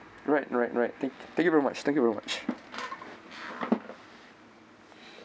right right right thank thank you very much thank you very much